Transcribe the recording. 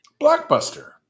Blockbuster